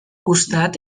costat